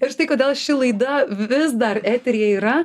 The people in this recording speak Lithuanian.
ir štai kodėl ši laida vis dar eteryje yra